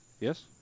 Yes